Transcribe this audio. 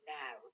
now